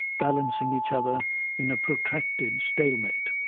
balancing each other in a protracted stalemate.